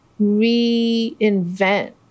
reinvent